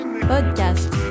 Podcast